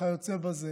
וכיוצא בזה.